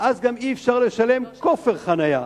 ואז גם אי-אפשר לשלם כופר חנייה.